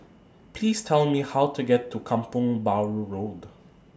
Please Tell Me How to get to Kampong Bahru Road